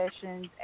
sessions